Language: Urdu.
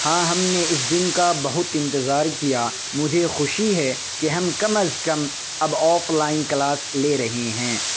ہاں ہم نے اس دن کا بہت انتظار کیا مجھے خوشی ہے کہ ہم کم از کم اب آف لائن کلاس لے رہے ہیں